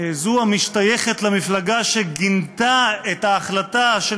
זו המשתייכת למפלגה שגינתה את ההחלטה של